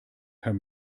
herr